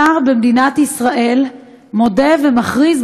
שר במדינת ישראל מודה ומכריז,